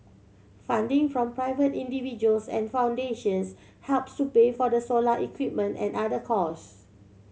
funding from private individuals and foundations helps to pay for the solar equipment and other cost